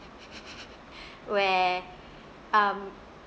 where um